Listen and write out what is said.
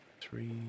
three